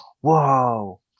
whoa